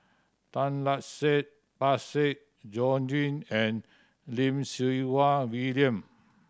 Tan Lark Sye Parsick Joaquim and Lim Siew Wai William